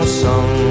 song